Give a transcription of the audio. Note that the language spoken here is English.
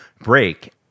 break